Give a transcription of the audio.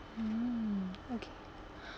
hmm okay